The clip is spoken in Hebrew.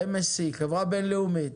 MSC, חברה בין-לאומית.